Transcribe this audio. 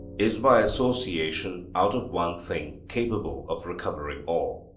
is by association out of one thing capable of recovering all.